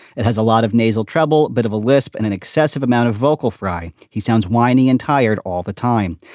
it has a lot of nasal treble. bit of a lisp and an excessive amount of vocal fry. he sounds whiny and tired all the time.